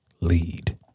lead